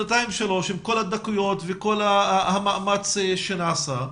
ודנים בכל הדקויות ועושים את המאמץ שנעשה,